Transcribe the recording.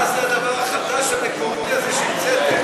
מה זה הדבר החדש המקורי הזה שהמצאתם?